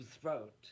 throat